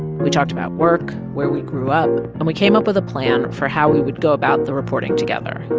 we talked about work, where we grew up. and we came up with a plan for how we would go about the reporting together.